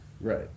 Right